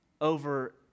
Over